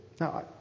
Now